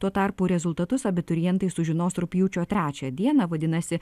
tuo tarpu rezultatus abiturientai sužinos rugpjūčio trečią dieną vadinasi